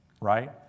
right